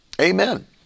Amen